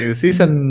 season